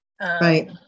right